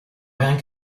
rien